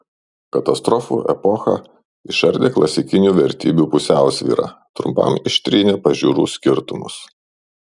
katastrofų epocha išardė klasikinių vertybių pusiausvyrą trumpam ištrynė pažiūrų skirtumus